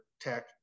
tech